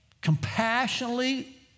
compassionately